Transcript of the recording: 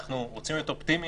אנחנו רוצים להיות אופטימיים,